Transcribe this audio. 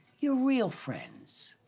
your real friends?